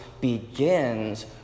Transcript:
begins